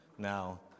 Now